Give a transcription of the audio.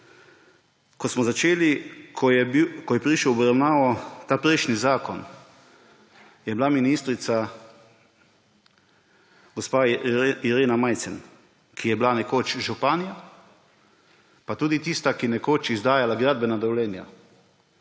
Ko smo začeli, ko je prišel v obravnavo ta prejšnji zakon, je bila ministrica gospa Irena Majcen, ki je bila nekoč županja pa tudi tista, ki je nekoč izdajala gradbena dovoljenja,